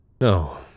No